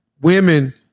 women